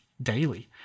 daily